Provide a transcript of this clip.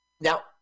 Now